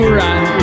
right